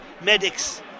medics